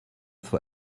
for